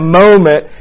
moment